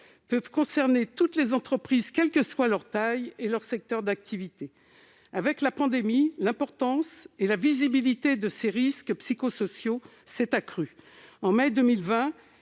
peuvent concerner toutes les entreprises, quels que soient leur taille et leur secteur d'activité. Avec la pandémie, l'importance et la visibilité des risques psychosociaux se sont accrues : en mai 2020,